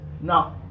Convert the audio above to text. Now